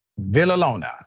Villalona